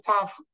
tough